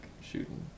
shooting